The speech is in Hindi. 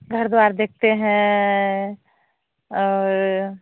घर द्वार देखते हैं और